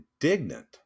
indignant